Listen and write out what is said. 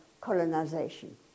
colonization